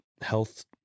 health